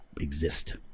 exist